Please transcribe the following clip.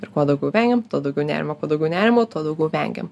ir kuo daugiau vengiam tuo daugiau nerimo kuo daugiau nerimo tuo daugiau vengiam